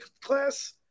class